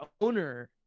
owner